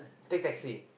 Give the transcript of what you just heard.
take taxi